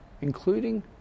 including